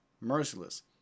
merciless